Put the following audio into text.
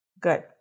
Good